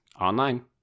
online